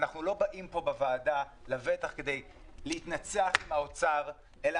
אנחנו לבטח לא באים פה בוועדה כדי להתנצח עם משרד האוצר אלא